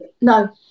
no